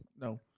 no